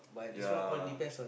ya